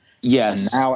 Yes